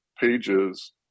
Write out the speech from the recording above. pages